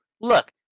look